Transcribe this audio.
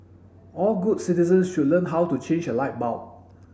all good citizens should learn how to change a light bulb